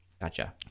Gotcha